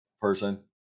person